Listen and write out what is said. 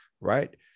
Right